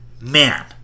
Man